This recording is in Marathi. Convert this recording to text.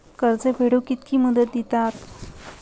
कर्ज फेडूक कित्की मुदत दितात?